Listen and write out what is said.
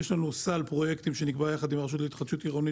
לנו סל פרויקטים שנקבע יחד עם הרשות להתחדשות עירונית